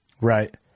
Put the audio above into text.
right